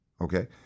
Okay